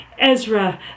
Ezra